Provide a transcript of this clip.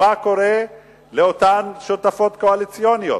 לאותן שותפות קואליציוניות.